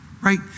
right